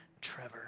trevor